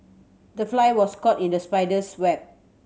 the fly was caught in the spider's web